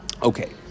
Okay